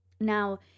Now